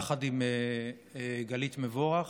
יחד עם גלית מבורך.